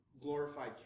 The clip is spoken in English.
glorified